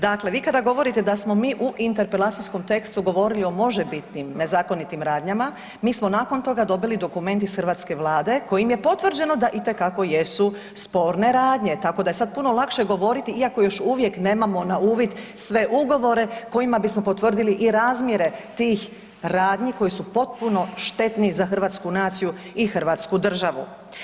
Dakle, vi kada govorite da smo mi u interpelacijskom tekstu govorili o možebitnim nezakonitim radnjama mi smo nakon toga dobili dokument iz hrvatske Vlade kojim je potvrđeno da itekako jesu sporne radnje, tako da je sada puno lakše govoriti iako još uvijek nemamo na uvid sve ugovore kojima bismo potvrdili i razmjere tih radnji koji su potpuno štetni za hrvatsku naciju i hrvatsku državu.